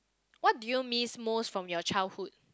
what do you miss most from your childhood